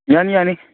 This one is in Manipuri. ꯌꯥꯅꯤ ꯌꯥꯅꯤ